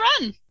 Run